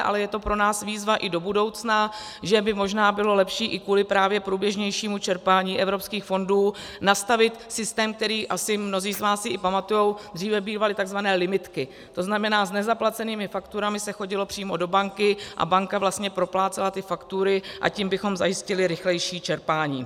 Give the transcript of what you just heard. Ale je to pro nás výzva i do budoucna, že by možná bylo lepší i kvůli právě průběžnějšímu čerpání evropských fondů nastavit systém, který si asi mnozí z vás i pamatují dříve byly tzv. limitky, to znamená, s nezaplacenými fakturami se chodilo přímo do banky a banka vlastně proplácela ty faktury, a tím bychom zajistili rychlejší čerpání.